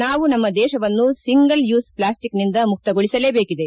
ನಾವು ನಮ್ಮ ದೇಶವನ್ನು ಸಿಂಗಲ್ ಯೂಸ್ ಪ್ಲಾಸ್ಟಿಕ್ನಿಂದ ಮುಕ್ತಗೊಳಿಸಲೇಬೇಕಿದೆ